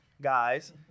guys